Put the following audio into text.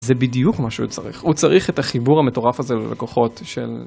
זה בדיוק מה שהוא צריך, הוא צריך את החיבור המטורף הזה ללקוחות. של...